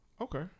Okay